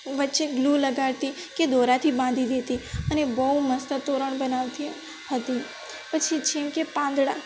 વચ્ચે ગ્લું લગાડતી કે દોરાથી બાંધી દેતી અને બહુ મસ્ત તોરણ બનાવતી હતી પછી જેમકે પાંદડા